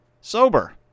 Sober